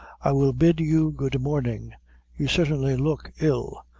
i will bid you good morning you certainly look ill.